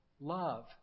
love